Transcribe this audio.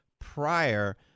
prior